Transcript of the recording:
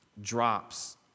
drops